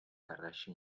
karachi